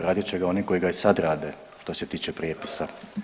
Radit će ga oni koji ga i sad rade što se tiče prijepisa.